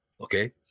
okay